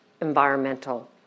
environmental